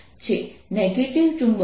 આ z z2 છે